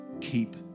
keep